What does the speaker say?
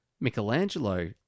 Michelangelo